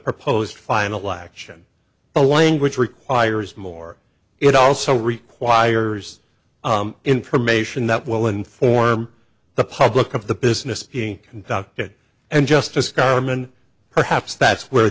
proposed final action a language requires more it also requires information that will inform the public of the business being conducted and justice garman perhaps that's where